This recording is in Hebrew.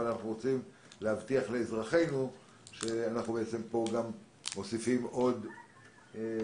אבל אנחנו רוצים להבטיח לאזרחינו שאנחנו מוסיפים פה עוד ריסונים.